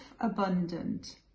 abundant